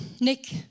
Nick